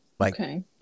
Okay